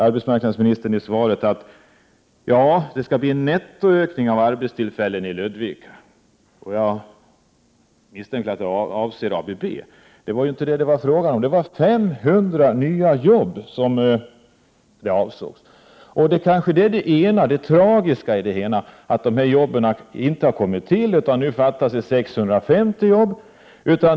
Arbetsmarknadsministern säger i svaret att det skall bli en nettoökning av antalet arbetstillfällen i Ludvika. Jag misstänker att det avser ABB. Men det var inte detta som det var fråga om. Löftet innebar 500 nya jobb. Det tragiska är att dessa jobb inte har skapats, utan att det nu fattas 650 jobb.